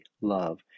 love